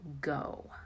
go